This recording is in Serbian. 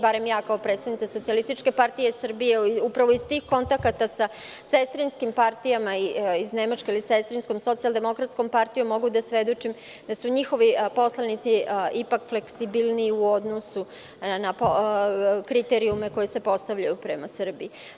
Barem ja kao predstavnica SPS, upravo iz tih kontakata sa sestrinskim partijama iz Nemačke ili sestrinskom Socijaldemokratskom partijom, mogu da svedočim da su njihovi poslanici ipak fleksibilniji u odnosu na kriterijume koji se postavljaju prema Srbiji.